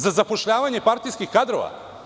Za zapošljavanje partijskih kadrova?